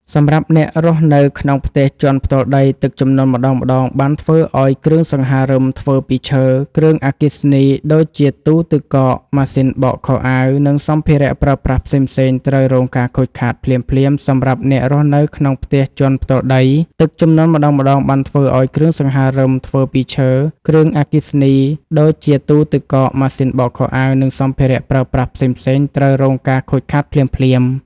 សម្រាប់អ្នករស់នៅក្នុងផ្ទះជាន់ផ្ទាល់ដី ទឹកជំនន់ម្តងៗបានធ្វើឱ្យគ្រឿងសង្ហារឹមធ្វើពីឈើ គ្រឿងអគ្គិសនីដូចជាទូទឹកកក ម៉ាស៊ីនបោកខោអាវ និងសម្ភារៈប្រើប្រាស់ផ្សេងៗត្រូវរងការខូចខាតភ្លាមៗ សម្រាប់អ្នករស់នៅក្នុងផ្ទះជាន់ផ្ទាល់ដី ទឹកជំនន់ម្តងៗបានធ្វើឱ្យគ្រឿងសង្ហារឹមធ្វើពីឈើ គ្រឿងអគ្គិសនីដូចជាទូទឹកកក ម៉ាស៊ីនបោកខោអាវ និងសម្ភារៈប្រើប្រាស់ផ្សេងៗត្រូវរងការខូចខាតភ្លាមៗ